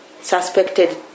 suspected